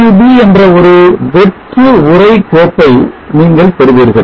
sub என்ற ஒரு வெற்றி உரை கோப்பை நீங்கள் பெறுவீர்கள்